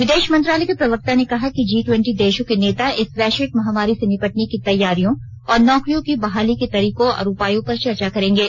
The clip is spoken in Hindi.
विदेश मंत्रालय के प्रवक्ता ने कहा कि जी ट्वेंटी देशों के नेता इस वैश्विक महामारी से निपटने की तैयारियों और नौकरियों की बहाली के तरीकों और उपायों पर चर्चा करंगे